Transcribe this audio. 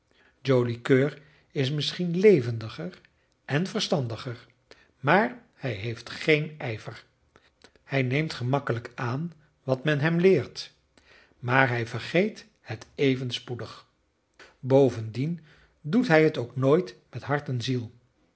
joli coeur is misschien levendiger en verstandiger maar hij heeft geen ijver hij neemt gemakkelijk aan wat men hem leert maar hij vergeet het even spoedig bovendien doet hij het ook nooit met hart en ziel